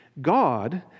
God